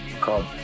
called